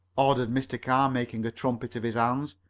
ordered mr. carr, making a trumpet of his hands.